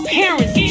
parents